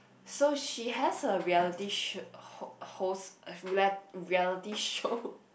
so she has a reality sho~ ho~ host a real~ reality show